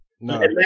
No